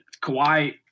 Kawhi